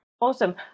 Awesome